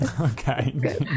Okay